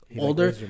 older